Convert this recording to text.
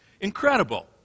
Incredible